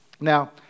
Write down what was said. Now